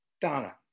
Donna